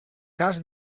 cas